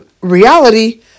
reality